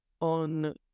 on